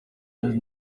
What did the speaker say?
ati